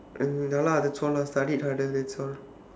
and ya lah that's all lah studied harder then that's all